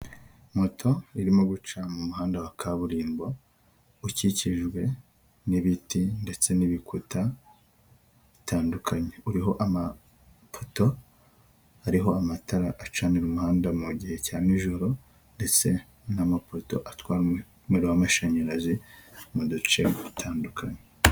Ooto irimo guca mu muhanda wa kaburimbo, ukikijwe n'ibiti ndetse n'ibikuta bitandukanye, uriho amapoto ariho amatara acanira umuhanda mu gihe cya nijoro ndetse n'amapoto atwara umuriro w'amashanyarazi mu duce dutandukanye.